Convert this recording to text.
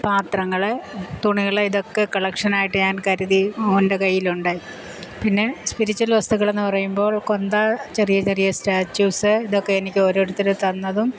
പാത്രങ്ങൾ തുണികൾ ഇതൊക്കെ കളക്ഷനായിട്ട് ഞാൻ കരുതി മോൻ്റെ കയ്യിലുണ്ട് പിന്നെ സ്പിരിച്യുൽ വസ്തുക്കളെന്ന് പറയുമ്പോൾ കൊന്ത ചെറിയ ചെറിയ സ്റ്റാച്യുസ് ഇതൊക്കെ എനിക്ക് ഓരോരുത്തരും തന്നതും